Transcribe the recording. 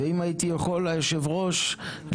ואם הייתי יכול, יושבת הראש, לימור,